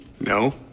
No